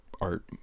art